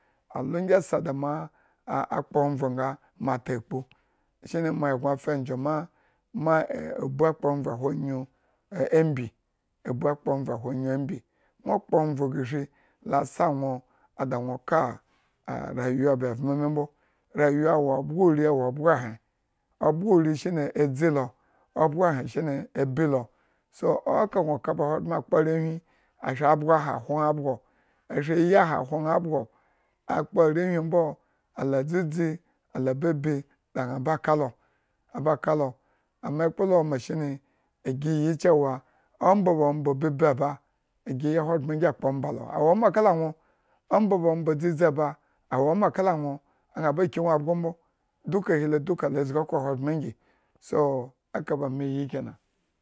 A lo gi sa da mo kpo ovo nga ata akpu. shine mo eggon fa enjoy ma ma abu akpo ovo ahwo anyu ambi ambi nwo okpo gashi la sa nwo a da gno ka rayuwa ba evmo me mbo. Rayuw awo obgo ori obgo ehren. obgo ori shine abii lo so eka ba ahogbren akpo arewhin, ashi abgo aha ahwo ña abgo ashi ayi aha ahwo ña abgo akpo arenwhin mbo la dʒeʒi, la babu da ña ba kalo, aba kalo. Ame kplo la woma shine agyi yi cewa omba ba omba babii ba agyi yi ahogbren gyin akpo omba lo a woma kala nwo, omba ba omba dʒeʒi ba a woma kala nwo añan ba ki nwo abgo bo duka ahilo duka la ʒigi eko ahogbren, so eka ba me yi kina.